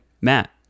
Matt